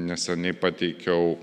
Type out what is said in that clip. neseniai pateikiau